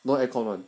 no aircon [one]